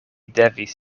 devis